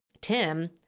tim